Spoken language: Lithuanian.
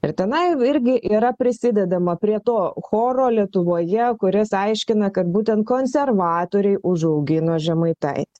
ir tenai irgi yra prisidedama prie to choro lietuvoje kuris aiškina kad būtent konservatoriai užaugino žemaitaitį